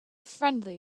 friendly